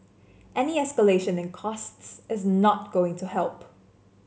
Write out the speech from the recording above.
any escalation in costs is not going to help